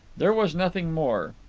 there was nothing more.